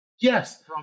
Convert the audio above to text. Yes